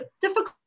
difficult